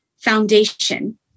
foundation